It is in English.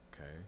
okay